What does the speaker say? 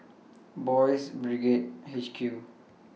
Boys' Brigade H Q